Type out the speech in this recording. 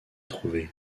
trouvé